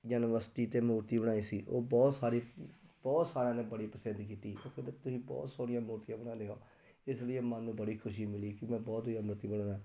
ਜਨਮਅਸ਼ਟਮੀ ਤੇ ਮੂਰਤੀ ਬਣਾਈ ਸੀ ਉਹ ਬਹੁਤ ਸਾਰੀ ਬਹੁਤ ਸਾਰਿਆਂ ਨੇ ਬੜੀ ਪਸੰਦ ਕੀਤੀ ਕਿਉਂਕਿ ਉਹ ਕਹਿੰਦੇ ਤੁਸੀਂ ਬਹੁਤ ਸੋਹਣੀਆਂ ਮੂਰਤੀਆਂ ਬਣਾਉਂਦੇ ਹੋ ਇਸ ਲਈ ਮਨ ਨੂੰ ਬੜੀ ਖੁਸ਼ੀ ਮਿਲੀ ਕਿ ਮੈਂ ਬਹੁਤ ਵਧੀਆ ਮੂਰਤੀ ਬਣਾਉਂਦਾ